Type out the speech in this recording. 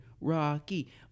Rocky